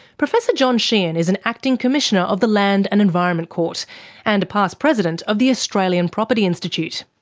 professor john sheehan is an acting commissioner of the land and environment court and a past president of the australian property institute.